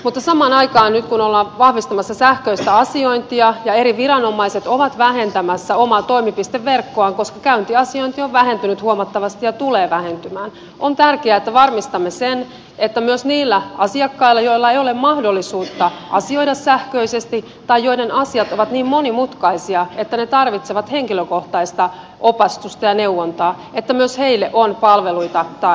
mutta samaan aikaan nyt kun ollaan vahvistamassa sähköistä asiointia ja eri viranomaiset ovat vähentämässä omaa toimipisteverkkoaan koska käyntiasiointi on vähentynyt huomattavasti ja tulee vähentymään on tärkeää että varmistamme sen että myös niille asiakkaille joilla ei ole mahdollisuutta asioida sähköisesti tai joiden asiat ovat niin monimutkaisia että he tarvitsevat henkilökohtaista opastusta ja neuvontaa on palveluita tarjolla